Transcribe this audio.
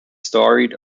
storied